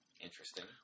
Interesting